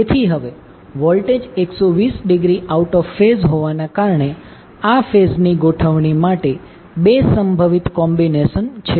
તેથી હવે voltage 120 degree out of phase હોવાને કારણે આ ફેઝ ની ગોઠવણી માટે 2 સંભવિત કોમ્બિનેશન છે